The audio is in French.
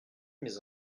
mes